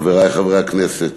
חברי חברי הכנסת,